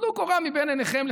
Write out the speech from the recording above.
טלו קורה מבין עיניכם.